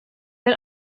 den